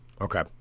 okay